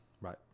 Right